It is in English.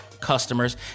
customers